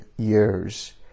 years